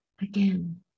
again